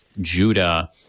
Judah